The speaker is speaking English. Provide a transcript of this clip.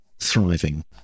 thriving